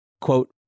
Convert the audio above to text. Quote